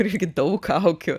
irgi daug kaukių